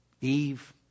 Eve